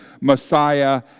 Messiah